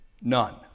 None